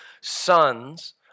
sons